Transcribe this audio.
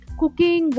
cooking